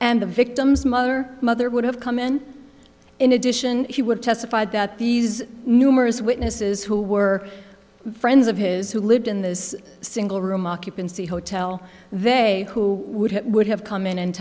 and the victim's mother mother would have come in in addition he would testified that these numerous witnesses who were friends of his who lived in this single room occupancy hotel they who would have would have come in and